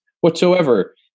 whatsoever